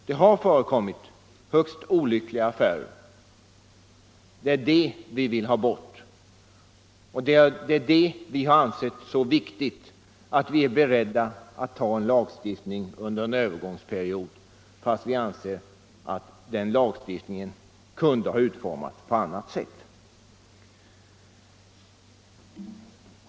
Det har förekommit högst olyckliga affärer. Det är dem = m.m. vi vill ha bort, och det är detta vi har ansett så viktigt att vi är beredda att ta en lagstiftning under en övergångsperiod, fast vi anser att den lagstiftningen kunde ha utformats på annat sätt.